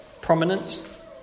prominent